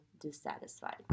dissatisfied